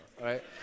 right